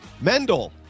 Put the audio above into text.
Mendel